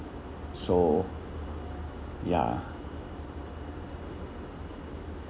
so ya